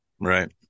Right